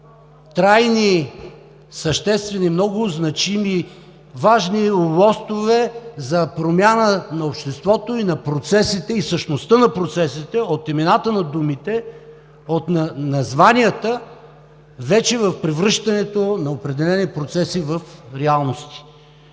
трайни, съществени, много значими, важни лостове за промяна на обществото, на процесите и същността на процесите – от имената на думите, от названията, и в превръщането на определени процеси в реалности.